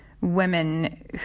women